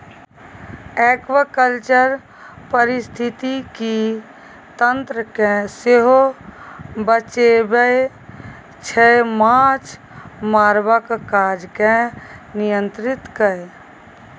aquaculture पारिस्थितिकी तंत्र केँ सेहो बचाबै छै माछ मारबाक काज केँ नियंत्रित कए